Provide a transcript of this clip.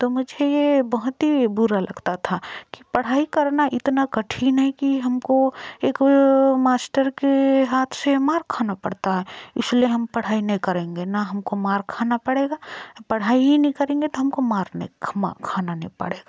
तो मुझे ये बहुत ही बुरा लगता था कि पढ़ाई करना इतना कठिन है कि हमको एक मास्टर के हाथ से मार खाना पड़ता है इसलिए हम पढ़ाई नहीं करेंगे ना हमको मार खाना पड़ेगा पढ़ाई ही नहीं करेंगे तो हमको मार नहीं खाना पड़ेगा